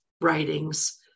writings